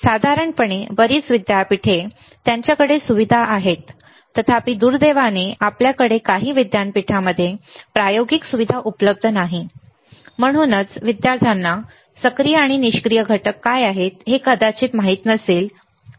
साधारणपणे बरीच विद्यापीठे त्यांच्याकडे सुविधा आहेत तथापि दुर्दैवाने आपल्याकडे काही विद्यापीठांमध्ये प्रायोगिक सुविधा उपलब्ध नाही आणि म्हणूनच विद्यार्थ्यांना सक्रिय आणि निष्क्रिय घटक काय आहेत हे कदाचित माहित असेल किंवा नसेल